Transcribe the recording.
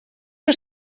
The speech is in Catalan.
que